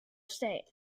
state